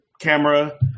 camera